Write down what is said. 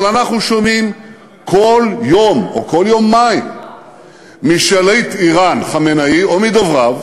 אבל אנחנו שומעים כל יום או כל יומיים משליט איראן חמינאי או מדובריו